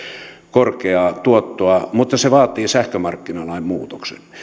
korkeaa tuottoa mutta se vaatii sähkömarkkinalain muutoksen